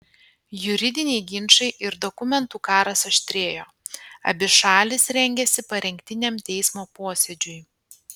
juridiniai ginčai ir dokumentų karas aštrėjo abi šalys rengėsi parengtiniam teismo posėdžiui